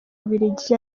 bubiligi